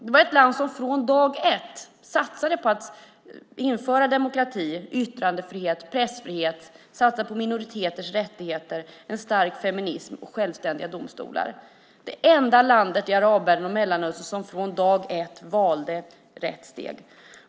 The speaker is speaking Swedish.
Det är ett land som från dag ett satsade på att införa demokrati, yttrandefrihet, pressfrihet, minoriteters rättigheter, en stark feminism och självständiga domstolar. Det är det enda landet i arabvärlden och Mellanöstern som från dag ett valde rätt väg.